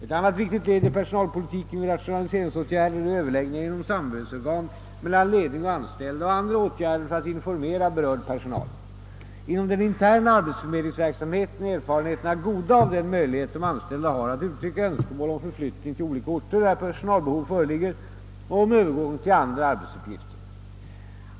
Ett annat viktigt led i personalpolitiken vid rationaliseringsåtgärder är överläggningar inom samarbetsorgan mellan ledning och anställda och andra åtgärder för att informera berörd personal. Inom den interna — arbetsförmedlingsverksamheten är erfarenheterna goda av den möjlighet de anställda har att uttrycka önskemål om förflyttning till olika orter där personalbehov föreligger och om övergång till andra arbetsuppgifter.